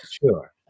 Sure